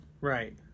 Right